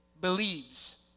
believes